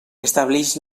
estableix